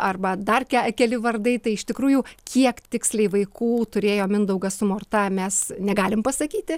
arba dar ke keli vardai tai iš tikrųjų kiek tiksliai vaikų turėjo mindaugas su morta mes negalim pasakyti